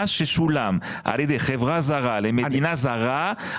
מה ששולם על ידי חברה זרה למדינה זרה,